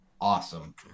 awesome